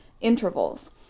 intervals